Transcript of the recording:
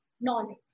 knowledge